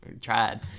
tried